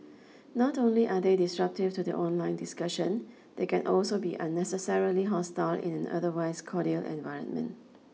not only are they disruptive to the online discussion they can also be unnecessarily hostile in an otherwise cordial environment